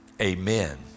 amen